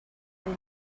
and